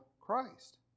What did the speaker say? Christ